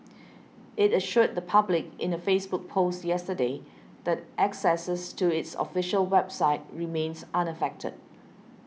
it assured the public in a Facebook post yesterday that access to its official website remains unaffected